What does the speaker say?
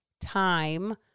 time